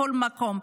בכל מקום,